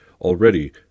already